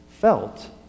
felt